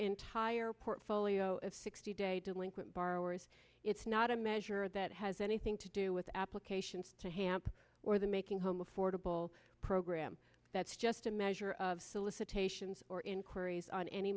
entire portfolio of sixty day delinquent borrowers it's not a measure that has anything to do with applications to hamp or the making home affordable program that's just a measure of solicitations or inquiries on any